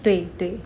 对对